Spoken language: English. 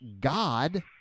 God